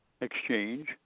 exchange